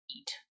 eat